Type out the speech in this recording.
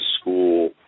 school